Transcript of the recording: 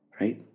right